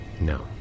No